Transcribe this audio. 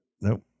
Nope